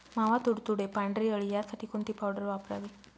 मावा, तुडतुडे, पांढरी अळी यासाठी कोणती पावडर वापरावी?